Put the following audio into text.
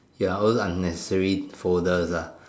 ya all those unnecessary folders ah